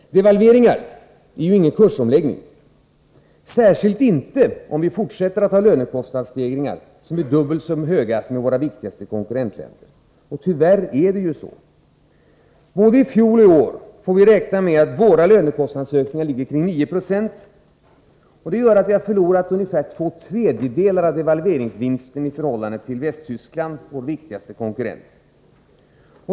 Devalveringar innebär ju ingen kursomläggning, särskilt inte om vi fortsätter att ha lönekostnadsstegringar som är dubbelt så höga som i våra viktigaste konkurrentländer. Och tyvärr är det ju så. Både i fjol och i år får vi räkna med att våra lönekostnadsökningar ligger kring 9 96. Det gör att vi har förlorat ungefär två tredjedelar av devalveringsvinsten i förhållande till Västtyskland, vår viktigaste konkurrent.